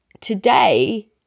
today